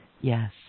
yes